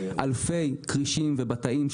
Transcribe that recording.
אלפי כרישים ובטאים,